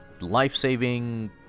life-saving